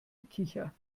gekicher